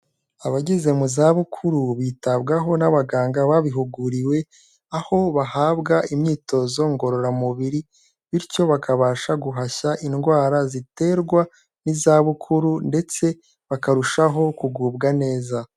Abageze mu zabukuru bitabwaho n'abaganga babihuguriwe, aho bahabwa imyitozo ngororamubiri, bityo bakabasha guhashya indwara ziterwa n'izabukuru, ndetse bakarushaho kugubwa neza.